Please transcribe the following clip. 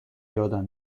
یادم